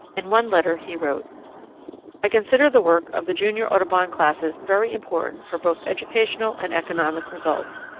in one letter he wrote i consider the work of the junior audubon classes very important for both educational and economic results,